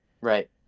right